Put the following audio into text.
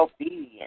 obedient